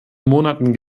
monaten